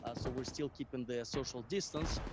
ah so we're still keeping the social distance.